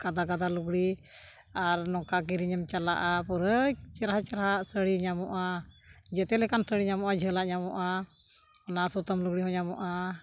ᱜᱟᱫᱟ ᱜᱟᱫᱟ ᱞᱩᱜᱽᱲᱤ ᱟᱨ ᱱᱚᱝᱠᱟ ᱠᱤᱨᱤᱧᱮᱢ ᱪᱟᱞᱟᱜᱼᱟ ᱯᱩᱨᱟᱹ ᱪᱮᱨᱦᱟ ᱪᱮᱨᱦᱟ ᱥᱟᱹᱲᱤ ᱧᱟᱢᱚᱜᱼᱟ ᱡᱚᱛᱚ ᱞᱮᱠᱟᱱ ᱥᱟᱹᱲᱤ ᱧᱟᱢᱚᱜᱼᱟ ᱡᱷᱟᱹᱞᱟᱜ ᱧᱟᱢᱚᱜᱼᱟ ᱚᱱᱟ ᱥᱩᱛᱟᱹᱢ ᱞᱩᱜᱽᱲᱤ ᱦᱚᱸ ᱧᱟᱢᱚᱜᱼᱟ